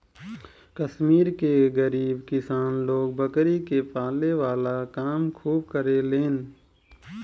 कश्मीर के गरीब किसान लोग बकरी के पाले वाला काम खूब करेलेन